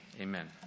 Amen